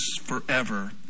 forever